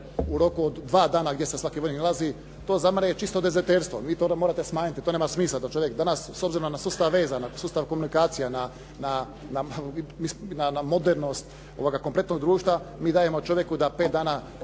u roku od dva dana gdje se svaki vojnik nalazi. To za mene je čisto dezerterstvo, vi to onda morate smanjiti. To nema smisla da čovjek danas s obzirom na sustav veza, na sustav komunikacija, na modernost kompletnog društva mi dajemo čovjeku da pet dana